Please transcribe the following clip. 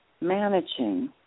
managing